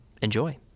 Enjoy